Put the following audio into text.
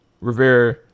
Rivera